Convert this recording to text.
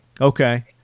Okay